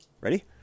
Ready